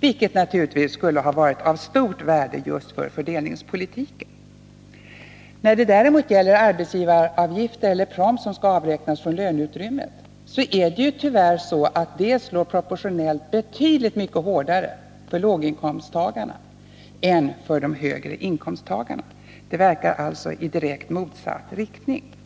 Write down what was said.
vilket naturligtvis skulle ha varit av stort värde just för fördelningspolitiken. När det däremot gäller arbetsgivaravgifter eller proms som skall avräknas från löneutrymmet, så är det ju tyvärr så att detta slår proportionellt betydligt hårdare för låginkomsttagarna än för de högre inkomsttagarna. Det verkar alltså i direkt motsatt riktning.